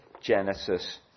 Genesis